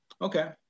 Okay